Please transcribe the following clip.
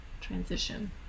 transition